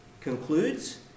concludes